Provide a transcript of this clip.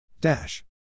Dash